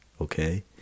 okay